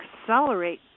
accelerate